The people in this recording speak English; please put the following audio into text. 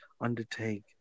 undertake